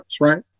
Right